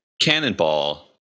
Cannonball